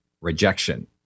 rejection